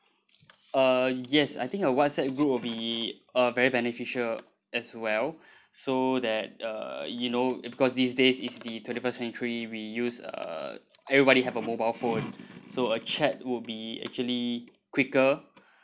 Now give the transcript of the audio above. uh yes I think a WhatsApp group will be uh very beneficial as well so that uh you know because these days is the twenty first century we use uh everybody have a mobile phone so a chat would be actually quicker